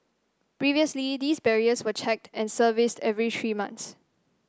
previously these barriers were checked and serviced every three months